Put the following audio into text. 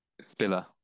Spiller